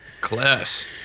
Class